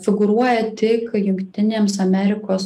figūruoja tik jungtinėms amerikos